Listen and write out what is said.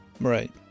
Right